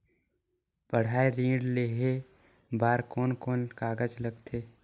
पढ़ाई ऋण लेहे बार कोन कोन कागज लगथे?